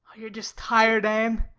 you're just tired, anne.